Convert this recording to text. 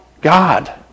God